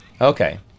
Okay